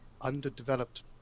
underdeveloped